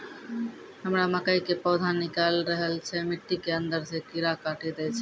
हमरा मकई के पौधा निकैल रहल छै मिट्टी के अंदरे से कीड़ा काटी दै छै?